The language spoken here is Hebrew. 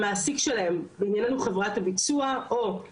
או אם זה עובד של תאגיד אז על התאגיד,